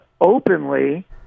openly